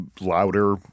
louder